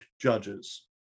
judges